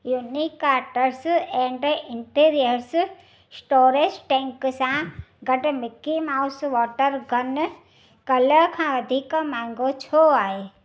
unique arts and interiors storage tank सां गॾु Mickey Mouse water gun काल्ह खां वधीक महांगो छो आहे